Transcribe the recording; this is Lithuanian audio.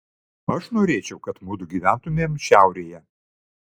aš norėčiau kad mudu gyventumėm šiaurėje